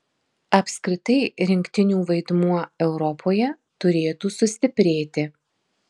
apskritai rinktinių vaidmuo europoje turėtų sustiprėti